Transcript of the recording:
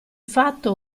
fatto